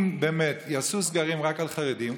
אם באמת יעשו סגרים רק על חרדים,